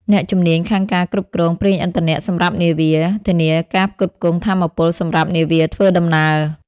អ្នកជំនាញខាងការគ្រប់គ្រងប្រេងឥន្ធនៈសម្រាប់នាវា ធានាការផ្គត់ផ្គង់ថាមពលសម្រាប់នាវាធ្វើដំណើរ។